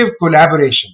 collaboration